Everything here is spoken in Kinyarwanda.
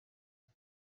ubu